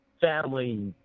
family